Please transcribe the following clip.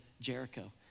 Jericho